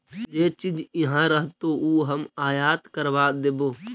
जे चीज इहाँ रहतो ऊ हम आयात करबा देबो